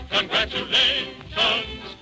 Congratulations